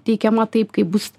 teikiama taip kaip bus